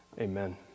Amen